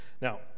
Now